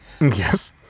Yes